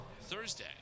Thursday